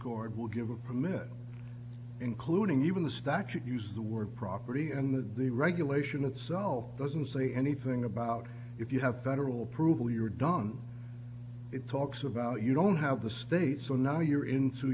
court will give you a permit including even the statute use the word property and the regulation itself doesn't say anything about if you have that or all approval you're done it talks about you don't have the state so now you're into